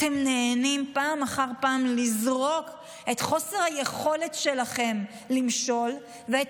אתם נהנים פעם אחר פעם לזרוק את חוסר היכולת שלכם למשול ואת